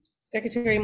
Secretary